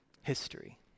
history